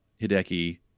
Hideki